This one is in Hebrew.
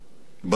בסלון.